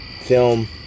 film